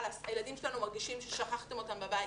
הילדים שלנו מרגישים ששכחתם אותם בבית,